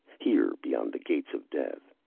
here beyond the gates of death.